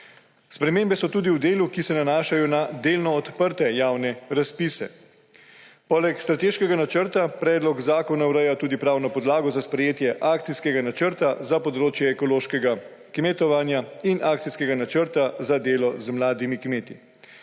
Spremembe so tudi v delu, ki se nanašajo na delno odprte javne razpise. Poleg strateškega načrta predlog zakona ureja tudi pravno podlago za sprejetje akcijskega načrta za področje ekološkega kmetovanja in akcijskega načrta za delo z mladimi kmeti.